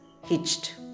hitched